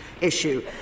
issue